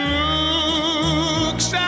looks